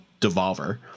Devolver